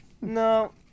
No